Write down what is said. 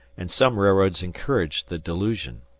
and some railroads encourage the delusion.